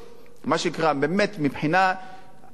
מה שנקרא, באמת מבחינת הביצוע,